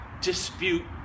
dispute